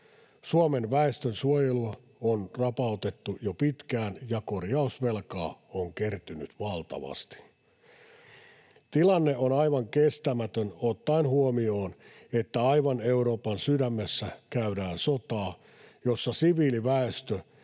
Suomen väestönsuojelua on rapautettu jo pitkään, ja korjausvelkaa on kertynyt valtavasti. Tilanne on aivan kestämätön, ottaen huomioon, että aivan Euroopan sydämessä käydään sotaa, jossa siviiliväestö